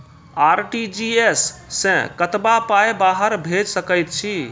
RTGS सअ कतबा पाय बाहर भेज सकैत छी?